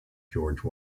george